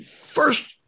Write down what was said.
First